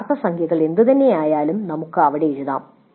യഥാർത്ഥ സംഖ്യകൾ എന്തുതന്നെയായാലും നമുക്ക് അവിടെ എഴുതാം